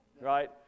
right